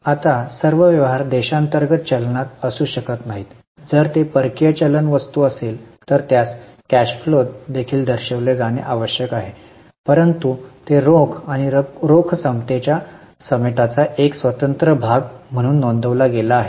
आता सर्व व्यवहार देशांतर्गत चलनात असू शकत नाहीत जर ते परकीय चलन वस्तू असेल तर त्यास त्याच कॅश फ्लोात देखील दर्शविले जाणे आवश्यक आहे परंतु ते रोख आणि रोख समतेच्या समेटाचा एक स्वतंत्र भाग म्हणून नोंदविला गेला आहे